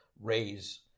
raise